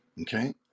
Okay